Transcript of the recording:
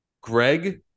Greg